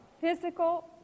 physical